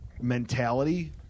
mentality